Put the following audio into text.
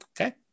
Okay